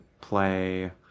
play